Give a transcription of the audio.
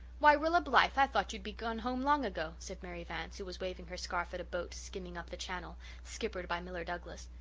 why, rilla blythe, i thought you'd be gone home long ago, ago, said mary vance, who was waving her scarf at a boat skimming up the channel, skippered by miller douglas.